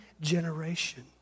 generation